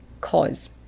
cause